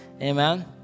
amen